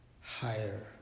higher